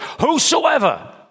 Whosoever